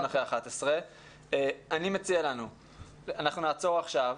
אחרי השעה 11:00. אני מציע שנעצור עכשיו,